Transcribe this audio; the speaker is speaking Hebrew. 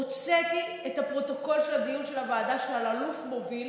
הוצאתי את הפרוטוקול של הדיון של הוועדה שאלאלוף מוביל,